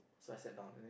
so I sat down